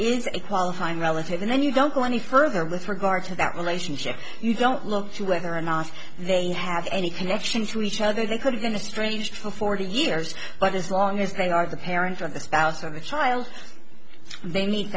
is a qualifying relative and then you don't go any further with regard to that relationship you don't look to whether or not they have any connection to each other they could have been a strange for forty years but as long as they are the parents or the spouse of the child they mee